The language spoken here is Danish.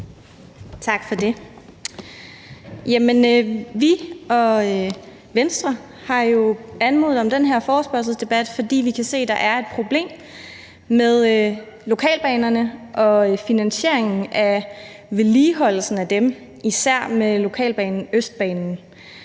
Tak for det. Vi og Venstre har anmodet om den her forespørgselsdebat, fordi vi kan se, at der er et problem med lokalbanerne og finansieringen af vedligeholdelsen af dem, og især med lokalbanen Østbanen.